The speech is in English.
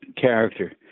character